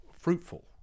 fruitful